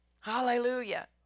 Hallelujah